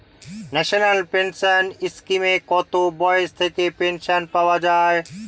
National pension স্কিমে কত বয়স থেকে পেনশন পাওয়া যায়?